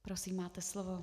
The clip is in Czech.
Prosím, máte slovo.